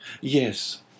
Yes